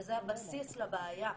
וזה הבסיס לבעיה,